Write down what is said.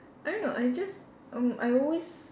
I don't know I just err I always